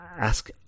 ask